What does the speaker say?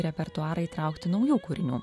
repertuarą įtraukti naujų kūrinių